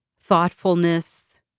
thoughtfulness